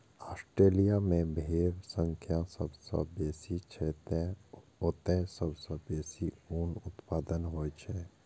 Australia मे भेड़क संख्या सबसं बेसी छै, तें ओतय सबसं बेसी ऊनक उत्पादन होइ छै